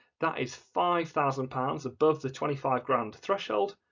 that is five thousand pounds above the twenty-five grand threshold,